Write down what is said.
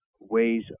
ways